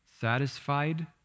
satisfied